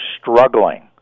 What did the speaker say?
struggling